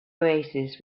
oasis